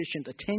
attention